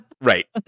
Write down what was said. Right